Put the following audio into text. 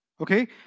Okay